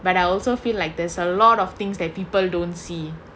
but I also feel like there's a lot of things that people don't see